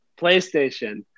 PlayStation